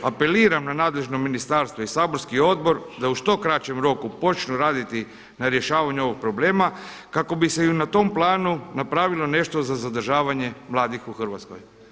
Apeliram na nadležno ministarstvo i saborski odbor da u što kraćem roku počnu raditi na rješavanju ovog problema kako bi se i na tom planu napravilo nešto za zadržavanje mladih u Hrvatskoj.